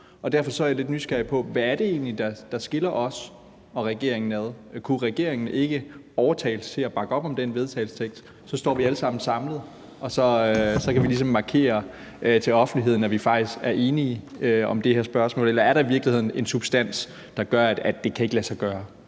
derfor er jeg lidt nysgerrig på, hvad det egentlig er, der skiller os og regeringen ad. Kunne regeringen ikke overtales til at bakke op om den vedtagelsestekst? Så står vi alle sammen samlet, og så kan vi ligesom markere over for offentligheden, at vi faktisk er enige om det her spørgsmål. Eller er der i virkeligheden en substans, der gør, at det ikke kan lade sig gøre